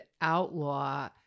outlaw